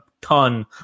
ton